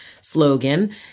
slogan